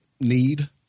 need